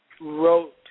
wrote